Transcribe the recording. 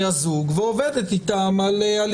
נכסים ומפרקים ושכרם) יגיש בקשתו לממונה והממונה יחליט על שכרו,